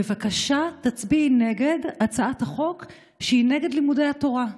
בבקשה תצביעי נגד הצעת החוק שהיא נגד לימודי התורה.